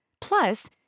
Plus